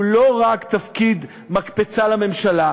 והוא לא רק תפקיד של מקפצה לממשלה,